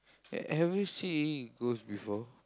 have you see ghost before